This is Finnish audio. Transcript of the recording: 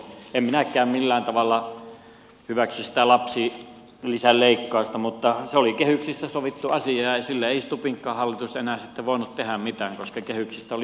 en minäkään millään tavalla hyväksy sitä lapsilisän leikkausta mutta se oli kehyksissä sovittu asia ja sille ei stubbinkaan hallitus enää sitten voinut tehdä mitään koska kehyksistä oli pidettävä kiinni